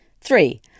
Three